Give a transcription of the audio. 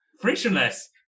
frictionless